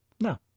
No